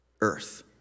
earth